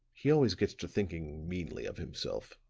he always gets to thinking meanly of himself.